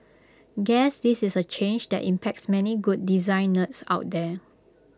guess this is A change that impacts many good design nerds out there